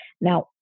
Now